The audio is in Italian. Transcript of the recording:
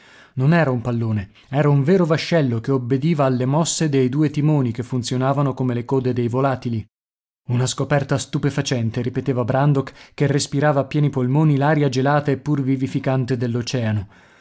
non era un pallone era un vero vascello che obbediva alle mosse dei due timoni che funzionavano come le code dei volatili una scoperta stupefacente ripeteva brandok che respirava a pieni polmoni l'aria gelata eppur